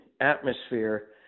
atmosphere